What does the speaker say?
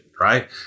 right